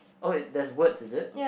oh wait there's words is it